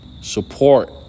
Support